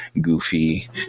goofy